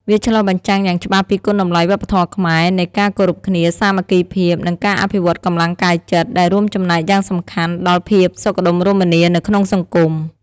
វាឆ្លុះបញ្ចាំងយ៉ាងច្បាស់ពីគុណតម្លៃវប្បធម៌ខ្មែរនៃការគោរពគ្នា សាមគ្គីភាព និងការអភិវឌ្ឍកម្លាំងកាយចិត្ត ដែលរួមចំណែកយ៉ាងសំខាន់ដល់ភាពសុខដុមរមនានៅក្នុងសង្គម។